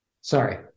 Sorry